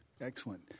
excellent